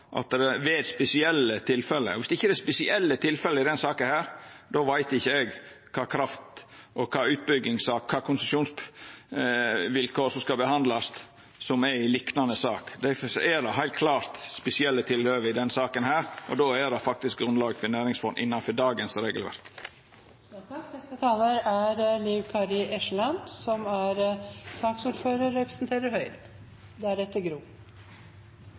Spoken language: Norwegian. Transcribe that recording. at det er spesielle tilfelle, og viss det ikkje er spesielle tilfelle i denne saka, då veit ikkje eg kva kraftutbyggingssak og kva konsesjonsvilkår som skal behandlast, som er ei liknande sak. Det er heilt klart spesielle tilhøve i denne saka, og då er det faktisk grunnlag for eit næringsfond innanfor dagens regelverk. Me anerkjenner sjølvsagt at lokalsamfunnet har teke ein stor del av byrda med inngrepa som er